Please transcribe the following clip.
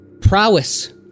prowess